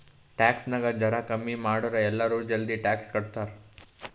tax ನಾಗ್ ಜರಾ ಕಮ್ಮಿ ಮಾಡುರ್ ಎಲ್ಲರೂ ಜಲ್ದಿ ಟ್ಯಾಕ್ಸ್ ಕಟ್ತಾರ್